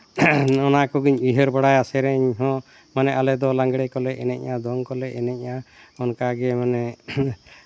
ᱚᱱᱟ ᱠᱚᱜᱮᱧ ᱩᱭᱦᱟᱹᱨ ᱵᱟᱲᱟᱭᱟ ᱥᱮᱨᱮᱧ ᱦᱚᱸ ᱢᱟᱱᱮ ᱟᱞᱮ ᱫᱚ ᱞᱟᱜᱽᱬᱮ ᱠᱚᱞᱮ ᱮᱱᱮᱡᱼᱟ ᱫᱚᱝ ᱠᱚᱞᱮ ᱮᱱᱮᱡᱼᱟ ᱚᱱᱠᱟᱜᱮ ᱢᱟᱱᱮ